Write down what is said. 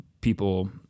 people